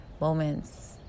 moments